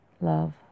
love